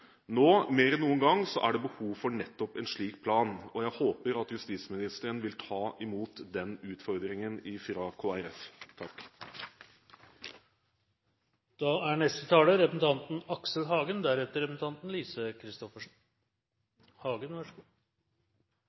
Nå, mer enn noen gang, er det behov for nettopp en slik plan, og jeg håper at justisministeren vil ta imot den utfordringen fra Kristelig Folkeparti. En slik debatt kan ha flere innganger. Én inngang er